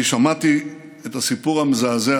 אני שמעתי את הסיפור המזעזע